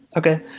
okay.